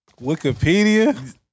Wikipedia